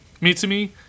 Mitsumi